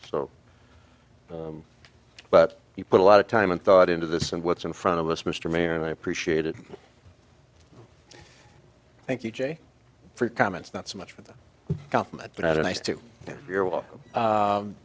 so but he put a lot of time and thought into this and what's in front of us mr mayor and i appreciate it thank you jay for comments not so much for the